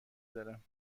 دارم